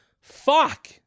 Fuck